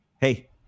hey